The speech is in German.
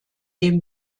dem